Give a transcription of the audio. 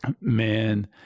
Man